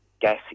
gas